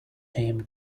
him